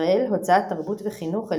ישראל הוצאת תרבות וחינוך,